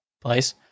place